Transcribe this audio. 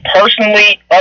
personally